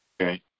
Okay